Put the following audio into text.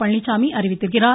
பழனிச்சாமி அறிவித்திருக்கிறார்